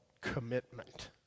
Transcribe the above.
commitment